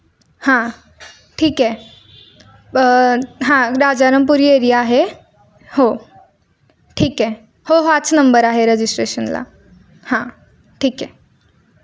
हां ठीक आहे हां राजारामपुरी एरिया आहे हो ठीक आहे हो ह हाच नंबर आहे रजिस्ट्रेशनला हां ठीक आहे